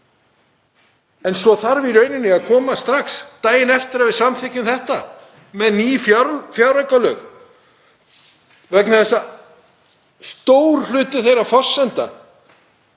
En svo þarf í raun að koma strax daginn eftir að við samþykkjum þetta með ný fjáraukalög, vegna þess að stór hluti þeirra forsendna